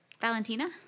Valentina